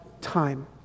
time